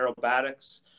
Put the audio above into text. aerobatics